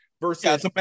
versus